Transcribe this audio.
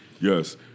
yes